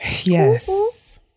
Yes